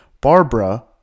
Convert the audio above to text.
Barbara